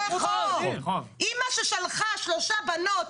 אמא ששלחה שלוש בנות,